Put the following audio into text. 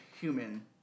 human